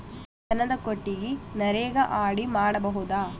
ದನದ ಕೊಟ್ಟಿಗಿ ನರೆಗಾ ಅಡಿ ಮಾಡಬಹುದಾ?